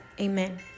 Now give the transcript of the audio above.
Amen